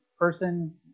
person